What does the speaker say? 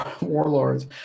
warlords